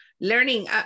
learning